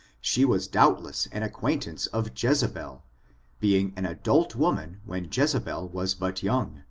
she was doubtless an acquaintance of jezebel, being an adult woman when jezebel was but young,